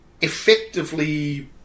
effectively